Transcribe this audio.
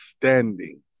standing